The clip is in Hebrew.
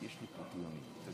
חברים,